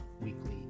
Weekly